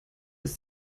ist